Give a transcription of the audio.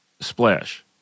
splash